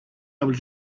able